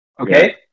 Okay